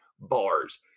bars